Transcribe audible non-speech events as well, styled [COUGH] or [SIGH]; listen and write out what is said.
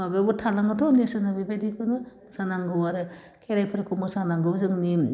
माबायावबो थानांगौथ' [UNINTELLIGIBLE] बेबायदिखौनो मोसानांगौ आरो खेराइफोरखौ मोसानांगौ जोंनि